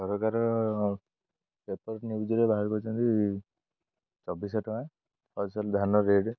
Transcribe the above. ସରକାର ପେପର୍ ନ୍ୟୁଜ୍ରେ ବାହାର କରୁଛନ୍ତି ଚବିଶ ଟଙ୍କା ଫସଲ ଧାନ ରେଟ୍